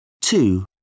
Two